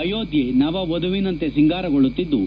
ಅಯೋಧ್ಯೆ ನವವಧುವಿನಂತೆ ಸಿಂಗಾರಗೊಳ್ಳುತ್ತಿದ್ಲು